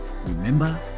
Remember